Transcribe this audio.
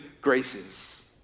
graces